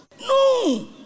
No